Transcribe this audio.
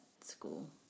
school